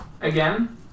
again